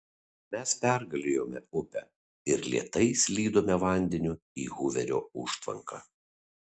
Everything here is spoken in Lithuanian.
mes pergalėjome upę ir lėtai slydome vandeniu į huverio užtvanką